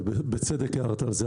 ובצדק הערת על זה,